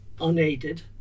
unaided